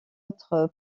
autre